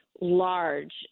large